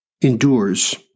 endures